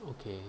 okay